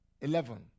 Eleven